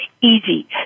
easy